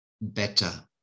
better